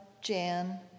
Jan